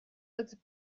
этот